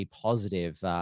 positive